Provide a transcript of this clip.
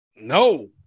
No